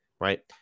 right